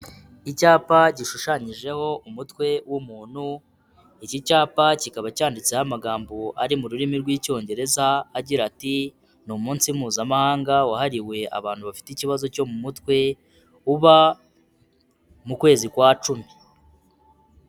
Icyapa gishushanyijeho umutwe w'umuntu, iki cyapa kikaba cyanditseho amagambo ari mu rurimi rw'Icyongereza agira ati ''ni umunsi mpuzamahanga wahariwe abantu bafite ikibazo cyo mu mutwe, uba mu kwezi kwa cumi.''